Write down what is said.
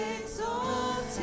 exalted